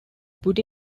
put